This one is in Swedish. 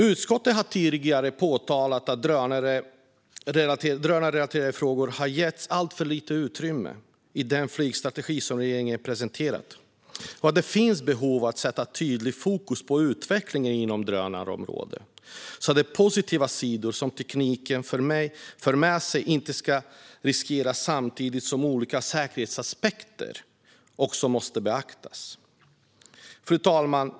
Utskottet har tidigare påtalat att drönarrelaterade frågor har getts alltför lite utrymme i den flygstrategi som regeringen presenterat och att det finns behov av att sätta ett tydligt fokus på utvecklingen inom drönarområdet, så att de positiva sidor som tekniken för med sig inte ska riskeras, samtidigt som olika säkerhetsaspekter också måste beaktas. Fru talman!